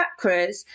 chakras